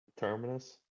terminus